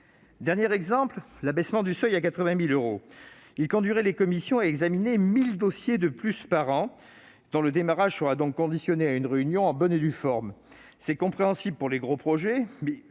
Dernier exemple, l'abaissement du seuil à 80 000 euros conduirait les commissions à examiner 1 000 dossiers de plus par an, dont le démarrage serait donc conditionné à une réunion en bonne et due forme. C'est compréhensible pour les gros projets,